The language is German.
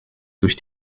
durch